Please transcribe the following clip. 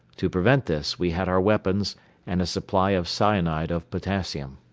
to prevent this we had our weapons and a supply of cyanide of potassium.